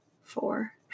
four